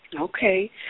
Okay